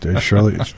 Shirley